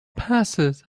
passes